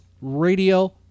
radio